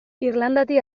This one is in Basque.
irlandatik